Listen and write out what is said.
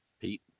pete